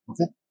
Okay